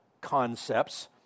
concepts